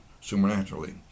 supernaturally